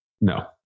no